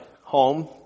home